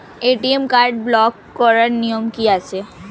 ATM card block করার নিয়ম কি আছে?